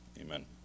Amen